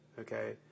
okay